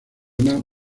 llama